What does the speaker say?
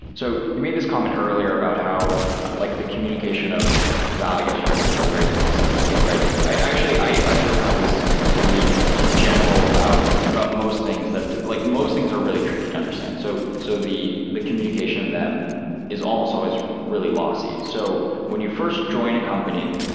so you made this comment earlier about how like the communication of values, for example is very lossy, right? i sort of have this belief in general about about most things that like most things are really tricky to understand. so so the the communication of them is almost always really lossy. so when you first join a company,